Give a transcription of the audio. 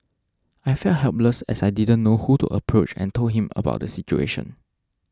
I felt helpless as I didn't know who to approach and told him about the situation